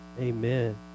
amen